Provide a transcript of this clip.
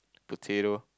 potato